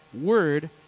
word